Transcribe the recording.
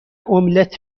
املت